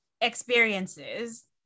experiences